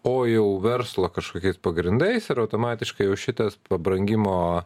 o jau verslą kažkokiais pagrindais ir automatiškai jau šitas pabrangimo